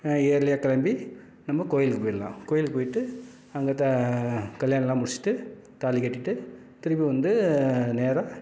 இயர்லியாக கிளம்பி நம்ம கோவிலுக்கு போயிடலாம் கோவிலுக்கு போயிட்டு அங்கே த கல்யாணம்லாம் முடிச்சுட்டு தாலி கட்டிட்டு திருப்பி வந்து நேராக